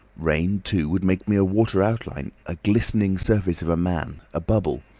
rain, too, would make me a watery outline, a glistening surface of a man a bubble.